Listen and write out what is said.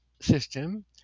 system